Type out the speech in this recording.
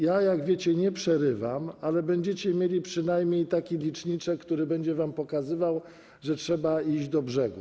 Jak wiecie, ja nie przerywam, ale będziecie mieli przynamniej taki liczniczek, który będzie wam pokazywał, że trzeba iść do brzegu.